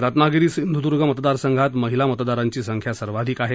रत्नागिरी सिंधुदुर्ग मतदारसंघात महिला मतदारांची संख्या सर्वाधिक आहे